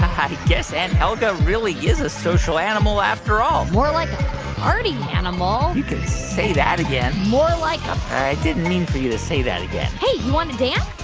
i guess aunt helga really is a social animal after all more like a party animal you can say that again more like a. i didn't mean for you to say that again hey. you want to dance?